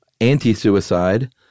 anti-suicide